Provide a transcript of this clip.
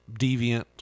deviant